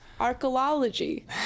Archaeology